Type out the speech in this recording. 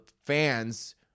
fans